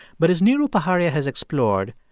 but as neeru paharia has explored,